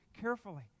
carefully